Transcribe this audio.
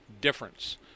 difference